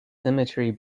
symmetry